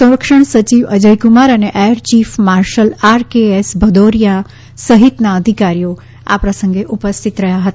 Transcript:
સંરક્ષણ સચિવ અજયક્રમાર અને air chief marshal R K S Bhadauria સહિતના અધિકારીઓએ આ પ્રસંગે ઉપસ્થિત રહ્યા હતા